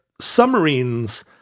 submarines